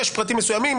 יש פרטים מסוימים,